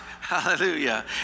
Hallelujah